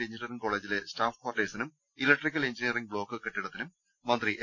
engineering കോളേജിലെ staff കാർട്ടേഴ്സിനും electrical engineering block കെട്ടിടത്തിനും മന്ത്രി എ